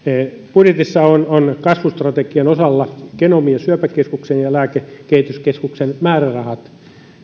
budjetissa on on kasvustrategian osalla genomi ja syöpäkeskuksen ja lääkekehityskeskuksen määrärahat